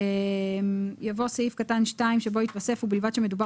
יבוא 'ועד יום כ'